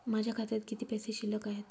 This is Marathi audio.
माझ्या खात्यात किती पैसे शिल्लक आहेत?